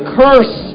curse